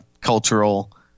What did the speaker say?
cultural